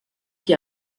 qui